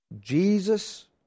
Jesus